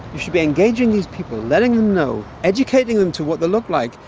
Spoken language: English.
should be engaging these people, letting them know, educating them to what they look like,